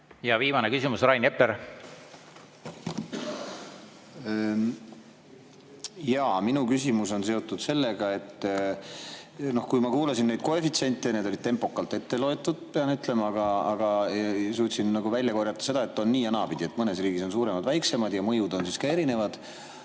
Ja viimane küsimus, Rain Epler. Minu küsimus on seotud sellega, et ma kuulasin neid koefitsiente. Need olid tempokalt ette loetud, pean ütlema, aga suutsin välja korjata selle, et on nii- ja naapidi: mõnes riigis on suuremad, [mõnes] väiksemad, ja mõjud on ka erinevad.